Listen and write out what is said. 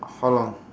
how long